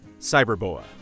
Cyberboa